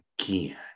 again